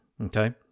okay